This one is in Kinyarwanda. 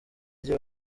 rye